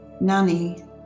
Nanny